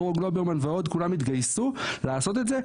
דרור גלוברמן ועוד, כולם התגייסו לעשות את זה.